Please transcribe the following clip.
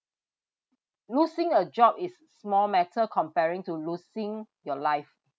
losing a job is s~ small matter comparing to losing your life